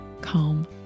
Calm